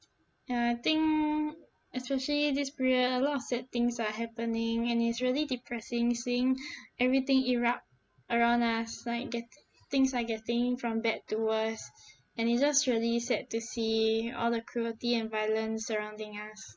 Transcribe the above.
ya I think especially this period a lot of sad things are happening and it's really depressing seeing everything erupt around us like get things are getting from bad to worse and it's just really sad to see all the cruelty and violence surrounding us